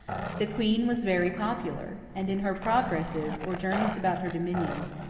the queen was very popular, and in her progresses, or journeys about her dominions,